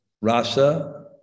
rasa